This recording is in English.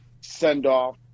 send-off